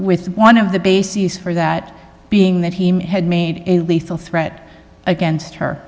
with one of the bases for that being that he had made a lethal threat against her